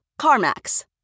CarMax